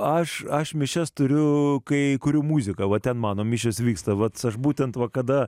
aš aš mišias turiu kai kuriu muziką o ten mano mišios vyksta vat aš būtent va kada